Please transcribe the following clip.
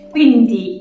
Quindi